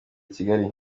kigali